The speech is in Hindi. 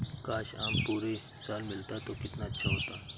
काश, आम पूरे साल मिलता तो कितना अच्छा होता